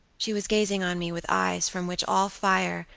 she was gazing on me with eyes from which all fire,